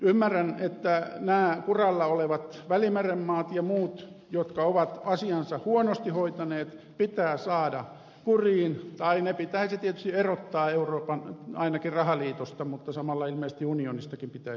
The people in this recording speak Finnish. ymmärrän että nämä kuralla olevat välimeren maat ja muut jotka ovat asiansa huonosti hoitaneet pitää saada kuriin tai ne pitäisi tietysti erottaa ainakin euroopan rahaliitosta mutta samalla ilmeisesti unionistakin pitäisi erota